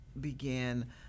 began